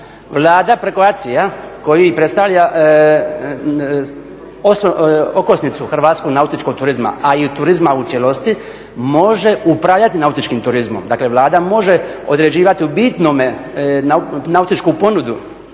Vlada preko ACI-ja koji predstavlja okosnicu hrvatskog nautičkog turizma, a i turizma u cijelosti, može upravljati nautičkim turizmom. Dakle, Vlada može određivati u bitnome nautičku ponudu